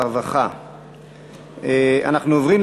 הרווחה והבריאות נתקבלה.